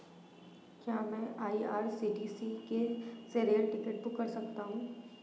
क्या मैं आई.आर.सी.टी.सी से रेल टिकट बुक कर सकता हूँ?